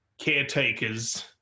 caretakers